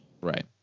Right